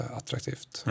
attraktivt